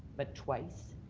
but twice.